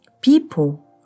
People